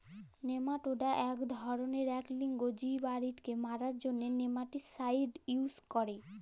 nematoda ইক ধরলের ইক লিঙ্গ জীব আর ইটকে মারার জ্যনহে নেমাটিসাইড ইউজ ক্যরে